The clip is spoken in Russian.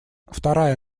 вторая